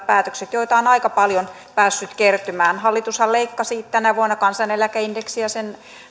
päätökset joita on aika paljon päässyt kertymään hallitushan leikkasi tänä vuonna kansaneläkeindeksiä sen